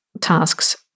tasks